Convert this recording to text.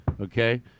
Okay